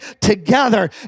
together